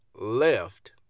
left